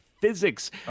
physics